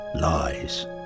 lies